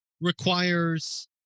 requires